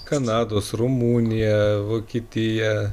kanados rumunija vokietija